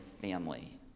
family